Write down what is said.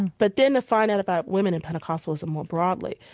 but then to find out about women in pentecostalism more broadly,